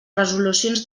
resolucions